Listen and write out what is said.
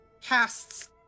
casts